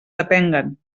depenguen